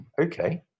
okay